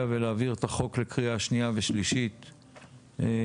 ולהעביר את החוק לקריאה שנייה ושלישית במליאה.